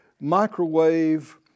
microwave